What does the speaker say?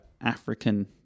African